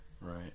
Right